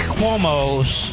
Cuomo's